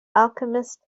alchemist